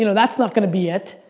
you know that's not gonna be it,